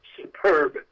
superb